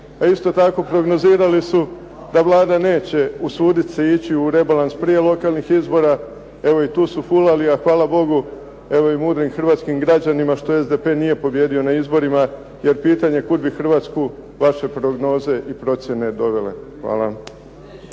a isto tako prognozirali su da Vlada neće usudit se ići u rebalans prije lokalnih izbora, evo i tu su fulali. A hvala Bogu i mudrim hrvatskim građanima što SDP nije pobijedio na izborima jer je pitanje kud bi Hrvatsku vaše prognoze i procjene dovele. Hvala.